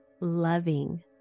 loving